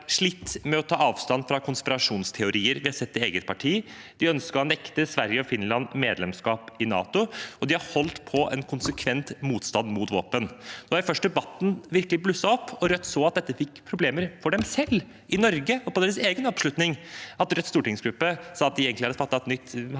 slitt med å ta avstand fra konspirasjonsteorier i eget parti, de ønsket å nekte Sverige og Finland medlemskap i NATO, og de har holdt på en konsekvent motstand mot våpen. Det var først da debatten virkelig blusset opp og Rødt så at dette ga problemer for dem selv, i Norge og for deres egen oppslutning, at Rødts stortingsgruppe sa at de egentlig hadde et nytt